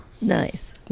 Nice